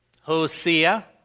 Hosea